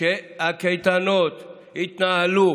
שגם הקייטנות הפרטיות יתנהלו